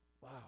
Wow